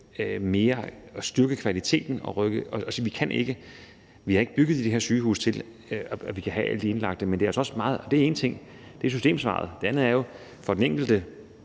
mere behandling, for vi har ikke bygget de her sygehuse til, at vi kan have alle de indlagte. Det er én ting – det er systemsvaret. Det andet er jo i forhold til den enkelte